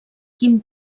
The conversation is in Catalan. quin